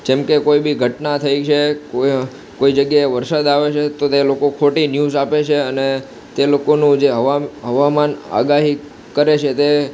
જેમકે કોઇ બી ઘટના થઈ છે કોઈ કોઈ જગ્યાએ વરસાદ આવે છે તો તે લોકો ખોટી ન્યૂઝ આપે છે અને તે લોકોનું જે હવામાન આગાહી કરે છે તે